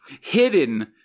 hidden-